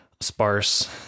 sparse